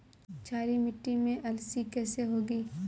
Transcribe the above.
क्षारीय मिट्टी में अलसी कैसे होगी?